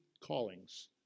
callings